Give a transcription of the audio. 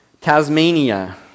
Tasmania